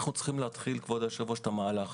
אנחנו צריכים להתחיל, כבוד היושב-ראש, את המהלך,